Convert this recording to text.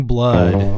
Blood